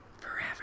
forever